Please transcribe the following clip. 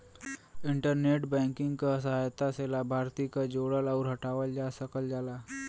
internet banking क सहायता से लाभार्थी क जोड़ल आउर हटावल जा सकल जाला